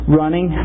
running